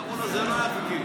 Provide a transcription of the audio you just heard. אמרו לו: זה לא היה חוקי.